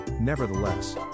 Nevertheless